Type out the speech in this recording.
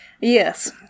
Yes